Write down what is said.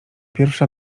pierwsza